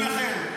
מחכים לכם.